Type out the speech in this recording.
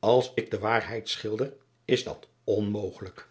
ls ik de waarheid schilder is dat onmogelijk